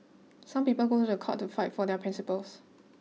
some people go to court to fight for their principles